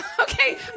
Okay